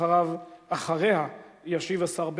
ואחריה ישיב השר בגין.